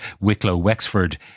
Wicklow-Wexford